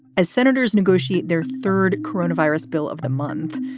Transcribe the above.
as senators negotiate their third coronavirus bill of the month,